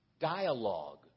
dialogue